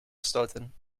gestoten